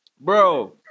Bro